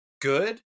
good